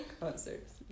concerts